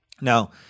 Now